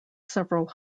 several